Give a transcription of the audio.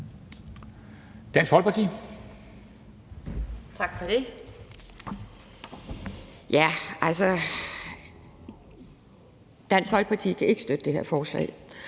(DF): Tak for det. Altså, Dansk Folkeparti kan ikke støtte det her forslag.